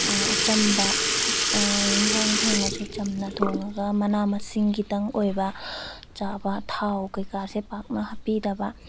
ꯑꯆꯝꯕ ꯏꯟꯁꯥꯡ ꯊꯣꯡꯉꯁꯨ ꯆꯝꯅ ꯊꯣꯡꯉꯒ ꯃꯅꯥ ꯃꯁꯤꯡꯒꯤ ꯈꯤꯇꯪ ꯑꯣꯏꯕ ꯆꯥꯕ ꯊꯥꯎ ꯀꯩꯀꯥꯁꯦ ꯄꯥꯛꯅ ꯍꯥꯞꯄꯤꯗꯕ